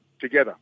together